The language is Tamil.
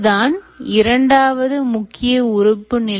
இதுதான் இரண்டாவது முக்கிய உறுப்பு